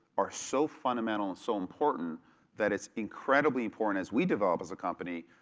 are so fundamental and so important that it's incredibly important as we develop as company,